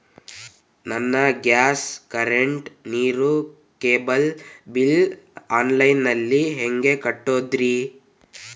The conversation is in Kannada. ನನ್ನ ಗ್ಯಾಸ್, ಕರೆಂಟ್, ನೇರು, ಕೇಬಲ್ ಬಿಲ್ ಆನ್ಲೈನ್ ನಲ್ಲಿ ಹೆಂಗ್ ಕಟ್ಟೋದ್ರಿ?